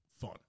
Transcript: fun